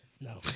No